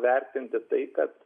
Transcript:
vertinti tai kad